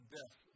death